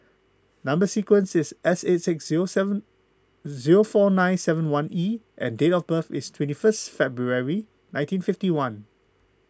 Number Sequence is S eight six zero seven zero four nine seven one E and date of birth is twenty first February nineteen fifty one